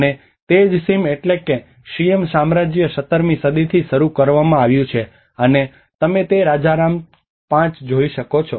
અને તે જ સીમ એટલે કે સિયમ સામ્રાજ્ય 17 મી સદીથી શરૂ કરવામાં આવ્યું છે અને તમે તે રાજા રામ 5 જોઈ શકો છો